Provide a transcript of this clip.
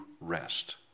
rest